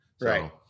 right